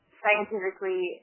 scientifically